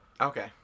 Okay